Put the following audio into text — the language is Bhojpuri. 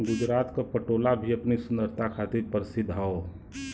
गुजरात क पटोला भी अपनी सुंदरता खातिर परसिद्ध हौ